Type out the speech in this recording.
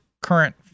current